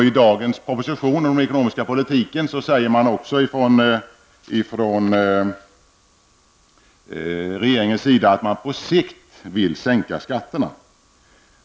I dagens proposition om den ekonomiska politiken säger man från regeringens sida att man på sikt vill sänka skatterna.